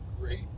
great